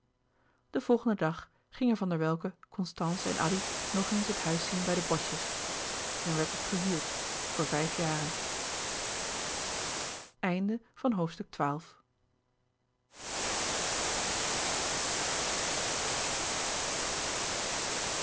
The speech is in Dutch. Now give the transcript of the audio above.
den volgenden dag gingen van der welcke constance en addy nog eens het huis zien bij de boschjes en werd het gehuurd voor vijf jaren